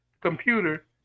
computer